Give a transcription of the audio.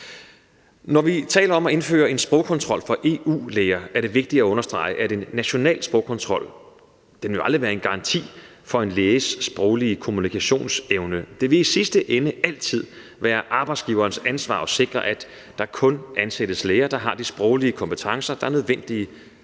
Når vi taler om at indføre sprogkontrol for EU-læger, er det vigtigt at understrege, at en national sprogkontrol jo aldrig vil være en garanti for en læges sproglige kommunikationsevne. Det vil i sidste ende altid være arbejdsgiverens ansvar at sikre, at der kun ansættes læger, der har de sproglige kompetencer, der er nødvendige